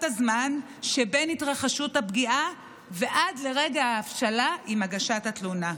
הזמן שבין התרחשות הפגיעה ועד רגע ההבשלה עם הגשת התלונה.